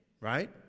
right